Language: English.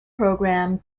program